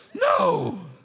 No